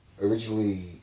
originally